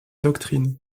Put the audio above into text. doctrine